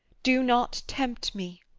do not tempt me!